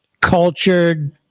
cultured